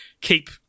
keep